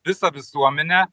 visą visuomenę